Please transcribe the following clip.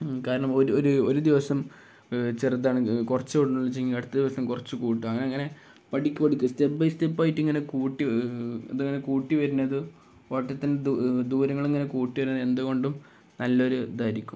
ഉം കാരണം ഒരു ഒരു ഒരു ദിവസം കുറച്ചേയുള്ളൂവെങ്കില് അടുത്ത ദിവസം കുറച്ച് കൂട്ടുക അങ്ങനെ അങ്ങനെ പടിപടിയായി സ്റ്റെപ്പ് ബൈ സ്റ്റെപ്പായിട്ട് ഇങ്ങനെ കൂട്ടി ഇതിങ്ങനെ കൂട്ടി വരുന്നത് ഓട്ടത്തിന്റെ ദൂരങ്ങളിങ്ങനെ കൂട്ടി വരുന്നത് എന്തുകൊണ്ടും നല്ലയൊരു ഇതായിരിക്കും